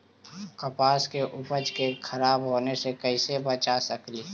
कपास के उपज के खराब होने से कैसे बचा सकेली?